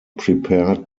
prepared